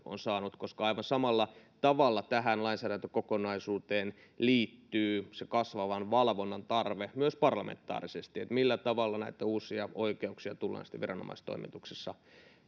on saanut koska aivan samalla tavalla tähän lainsäädäntökokonaisuuteen liittyy se kasvavan valvonnan tarve myös parlamentaarisesti millä tavalla näitä uusia oikeuksia tullaan sitten viranomaistoiminnassa